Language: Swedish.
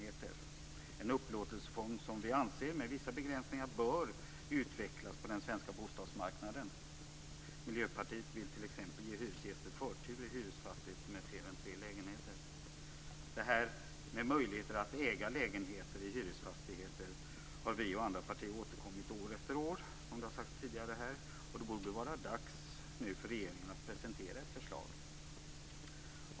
Det anser vi är en upplåtelseform som med vissa begränsningar bör utvecklas på den svenska bostadsmarknaden. Miljöpartiet vill t.ex. ge hyresgäster förtur i hyresfastigheter med fler än tre lägenheter. Möjligheter att äga lägenheter i hyresfastigheter har vi och andra partier återkommit till år efter år, som det har sagts tidigare. Det borde vara dags för regeringen att nu presentera ett förslag.